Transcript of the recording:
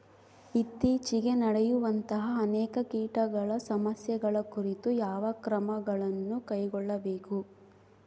ಇತ್ತೇಚಿಗೆ ನಡೆಯುವಂತಹ ಅನೇಕ ಕೇಟಗಳ ಸಮಸ್ಯೆಗಳ ಕುರಿತು ಯಾವ ಕ್ರಮಗಳನ್ನು ಕೈಗೊಳ್ಳಬೇಕು?